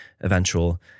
eventual